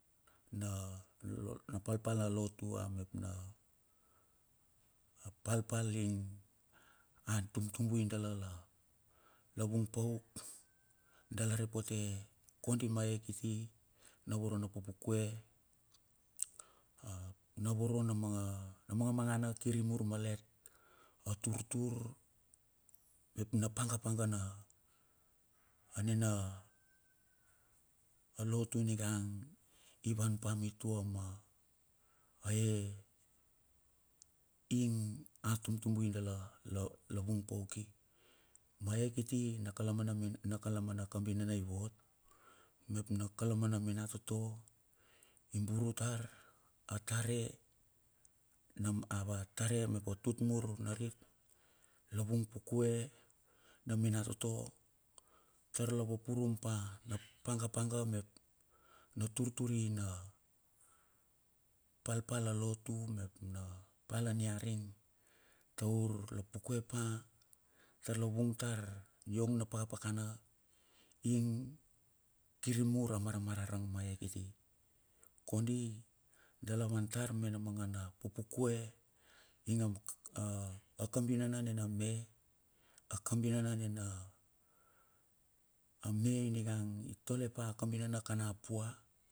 Na lo na palpal a lotu a mep na palpal ing a tumtubai dala la vung poak dala repote kondi ma e kiti na voro na pupuke ap na voro nama maga magana kir i mur malet a turtur mep na panga panga na anena lotu ningang i vunpa mitua ma ae ing a tumtubai dala la vung pauk ki ma ea kiti na kala ma kala mana mina na kabiana i vot mep na kala mana minatoto i puru tar, atare nam a va tare mep tut mur narit la vung pakue, na minatoto tar lavapurum pa, na minatoto. Tar la vapurum pa napanga panga, mep na turtur i na palpal a lotu, mep na pal niaring taur la pakue pa tar la vung tar iong na pakapakana ing kir i mur a muramurarang ma ea kiti. Koni dala vantar mena mangana pupue kue ing a ka a kabinana nena me. A kabinana nena me ningang, i tole pa kubinana kon a pua.